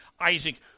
Isaac